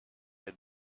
had